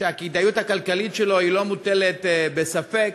שהכדאיות הכלכלית שלו אינה מוטלת בספק.